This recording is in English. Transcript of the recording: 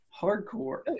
Hardcore